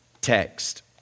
text